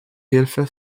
hilfe